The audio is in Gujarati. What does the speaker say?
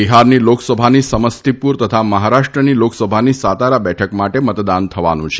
બિહારની લોકસભાની સમસ્તીપુર તથા મહારાષ્ટ્રની લોકસભાની સાતારા બેઠક માટે મતદાન થવાનું છે